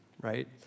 right